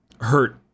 hurt